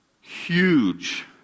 huge